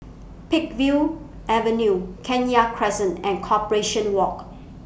Peakville Avenue Kenya Crescent and Corporation Walk